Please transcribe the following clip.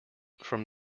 from